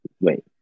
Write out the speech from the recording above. wait